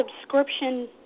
subscription